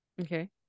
Okay